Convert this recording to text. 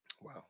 Wow